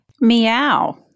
Meow